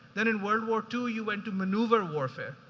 then, in world war two, you went to maneuver warfare,